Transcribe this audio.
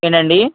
ఏంటండీ